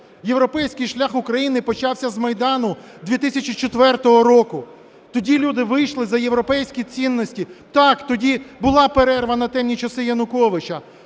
європейський шлях України почався з Майдану 2004 року. Тоді люди вийшли за європейські цінності. Так, тоді була перерва на темні часи Януковича.